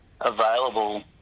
available